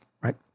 right